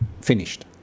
Finished